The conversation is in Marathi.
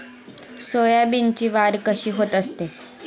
सोयाबीनची वाढ कशी होत असते?